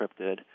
encrypted